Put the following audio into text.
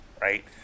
Right